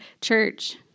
church